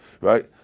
right